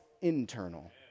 internal